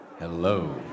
Hello